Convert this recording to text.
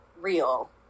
real